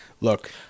look